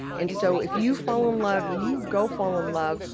and so if you fall in love, you go fall in love,